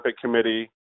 Committee